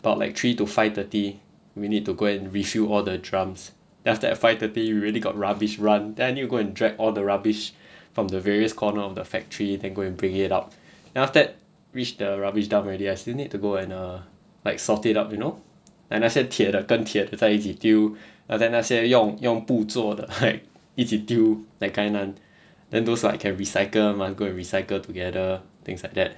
about like three to five thirty we need to go and refill all the drums then after at five thirty we really got rubbish run then I need to go and drag all the rubbish from the various corner of the factory then go and bring it up then after that reach the rubbish dump already I still need to go and err like sort it out you know like 那些铁的跟铁的在一起丢 then 那些用用布做的 like 一起丢 that kind and then those like can recycle must go and recycle together things like that